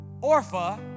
Orpha